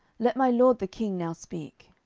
let my lord the king now speak.